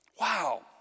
Wow